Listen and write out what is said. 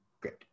Great